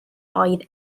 oedd